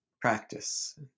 practice